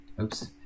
Oops